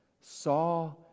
saw